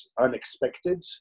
unexpected